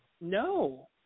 No